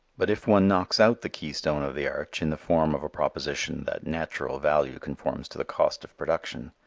but if one knocks out the keystone of the arch in the form of a proposition that natural value conforms to the cost of production,